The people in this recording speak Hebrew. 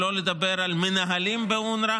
שלא לדבר על מנהלים באונר"א,